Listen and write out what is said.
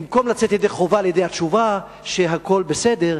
במקום לצאת ידי חובה על-ידי התשובה שהכול בסדר,